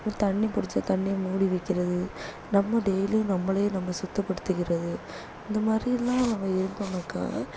அப்புறம் தண்ணி பிடிச்சா தண்ணி மூடி வைக்கிறது நம்ம டெய்லி நம்மளே நம்ம சுத்தப்படுத்திக்கிறது இந்த மாதிரிலாம் இது பண்ணாக்கால்